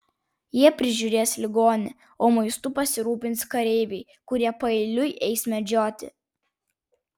jie prižiūrės ligonį o maistu pasirūpins kareiviai kurie paeiliui eis medžioti